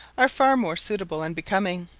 are far more suitable and becoming.